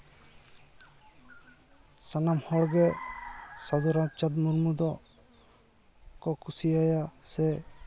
ᱥᱟᱱᱟᱢ ᱦᱚᱲ ᱜᱮ ᱥᱟᱹᱫᱷᱩ ᱨᱟᱢᱪᱟᱸᱫᱽ ᱢᱩᱨᱢᱩ ᱫᱚ ᱠᱚ ᱠᱩᱥᱤᱭᱟᱭᱟ ᱥᱮ